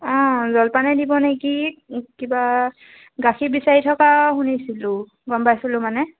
অঁ জলপানেই দিব নেকি কিবা গাখীৰ বিচাৰি থকা শুনিছিলোঁ গম পাইছিলোঁ মানে